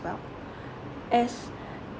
well as